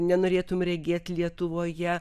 nenorėtum regėt lietuvoje